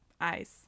eyes